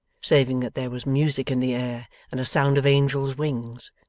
saving that there was music in the air, and a sound of angels' wings.